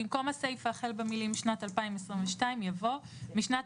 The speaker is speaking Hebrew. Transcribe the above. החל במילים "משנת 2022" יבוא: " משנת